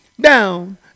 down